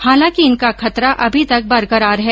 हालांकि इनका खतरा अभी तक बरकरार है